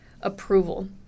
approval